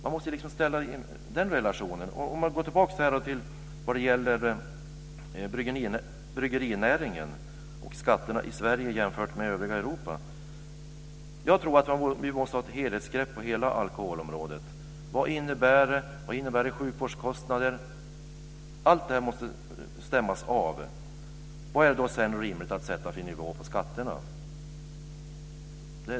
Man måste liksom ställa frågan i relation till detta. Om vi går tillbaks till bryggerinäringen och skatterna i Sverige jämfört med i övriga Europa, tror jag att vi måste ha ett helhetsgrepp på hela alkoholområdet, vad det innebär i sjukvårdskostnader osv. Allt detta måste stämmas av för att sedan se vad det är rimligt att sätta för nivå på skatterna.